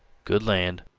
good land!